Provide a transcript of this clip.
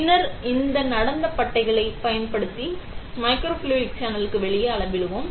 பின்னர் இந்த நடத்து பட்டைகளைப் பயன்படுத்தி மைக்ரோஃப்ளூய்டிக் சேனலுக்கு வெளியே அளவிடுவோம்